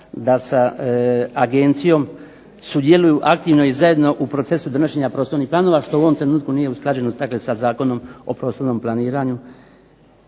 da se agencijom sudjeluju aktivno i zajedno u procesu prostornih planova, što u ovom trenutku nije usklađeno sa Zakonom o prostornom planiranju